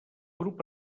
grup